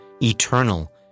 eternal